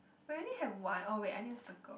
really have what or with any circles